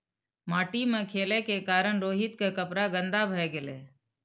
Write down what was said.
माटि मे खेलै के कारण रोहित के कपड़ा गंदा भए गेलै